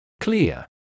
Clear